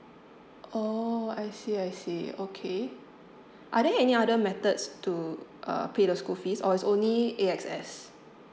oh I see I see okay are there any other methods to uh pay the school fees or it's only A_X_S